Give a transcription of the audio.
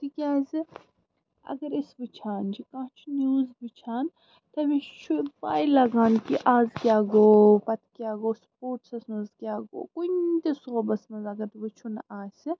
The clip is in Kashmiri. تِکیٛازِ اگر أسۍ وُچھان چھِ کانٛہہ چھُ نِوٕز وُچھان تٔمِس چھُ پاے لگان کہِ آز کیٛاہ گوٚو پَتہٕ کیٛاہ گوٚو سٕپورٹسَس منٛز کیٛاہ گوٚو کُنہِ تہِ صوبَس منٛز اگر وُچھُن آسہِ